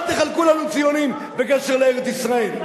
אל תחלקו לנו ציונים בקשר לארץ-ישראל.